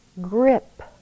grip